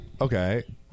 okay